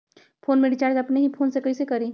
Phone में recharge अपने ही फ़ोन से कईसे करी?